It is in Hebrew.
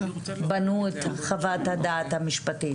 ובנו את חוות הדעת המשפטית.